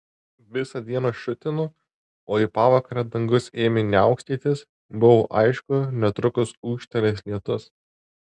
visą dieną šutino o į pavakarę dangus ėmė niaukstytis buvo aišku netrukus ūžtelės lietus